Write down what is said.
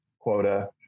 quota